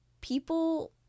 people